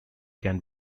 can